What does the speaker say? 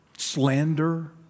Slander